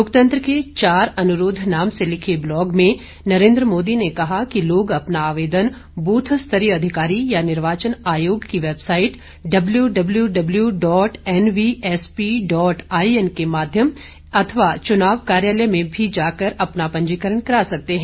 लोकतंत्र के चार अनुरोध नाम से लिखे ब्लॉग में नरेन्द्र मोदी ने कहा कि लोग अपना आवेदन ब्रथ स्तरीय अधिकारी या निर्वाचन आयोग की website W W W W dot N V S P dot I N के माध्यम अथवा चुनाव कार्यालय में भी जाकर अपना पंजीकरण करा सकते हैं